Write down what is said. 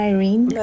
Irene